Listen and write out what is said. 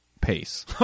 pace